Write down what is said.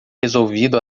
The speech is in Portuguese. resolvido